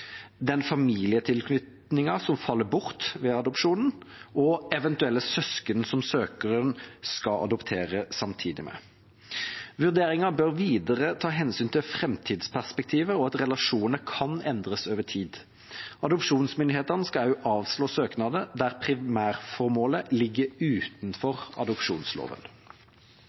den familietilknytningen som faller bort ved adopsjonen, og eventuelle søsken som søkeren skal adoptere samtidig. Vurderingen bør videre ta hensyn til framtidsperspektiver og at relasjonene kan endres over tid. Adopsjonsmyndighetene skal også avslå søknader der primærformålet ligger utenfor adopsjonsloven.